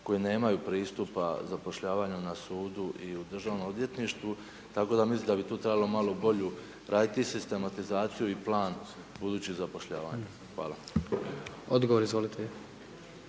koji nemaju pristupa zapošljavanju na sudu i u državnom odvjetništvu, tako da mislim da bi tu trebalo malo bolju raditi i sistematizaciju i plan budućih zapošljavanja. Hvala. **Jandroković,